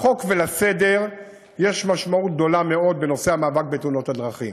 לחוק ולסדר יש משמעות גדולה מאוד בנושא המאבק בתאונות הדרכים.